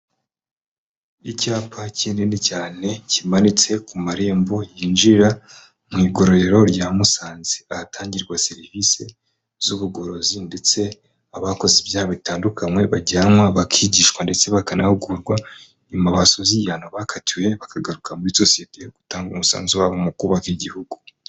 Icyapa kinini cyane kimanitse ku marembo yinjira mu igororero rya Musanze, ahatangirwa serivisi z'ubugorozi ndetse abakoze ibyaha bitandukanye bajyanwa bakigishwa ndetse bakanahugurwa, nyuma basoza igihano bakatiwe bakagaruka muri sosiyete gutanga umusanzu wabo mu kubaka igihugu.